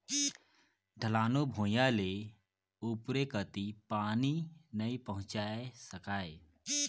ढलानू भुइयां ले उपरे कति पानी नइ पहुचाये सकाय